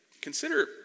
consider